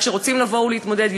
כשרוצים לבוא ולהתמודד,